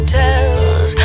tells